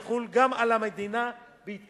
יחול גם על המדינה בהתקשרויותיה.